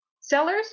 Sellers